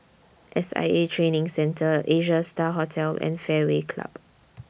S I A Training Centre Asia STAR Hotel and Fairway Club